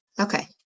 Okay